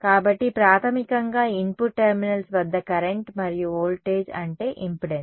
కాబట్టి ప్రాథమికంగా input terminals వద్ద కరెంట్ మరియు వోల్టేజ్ అంటే ఇంపెడెన్స్